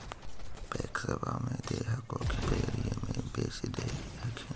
पैक्सबा मे दे हको की बजरिये मे बेच दे हखिन?